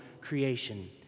creation